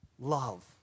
love